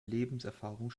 lebenserfahrung